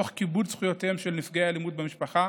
תוך כיבוד זכויותיהם של נפגעי אלימות במשפחה,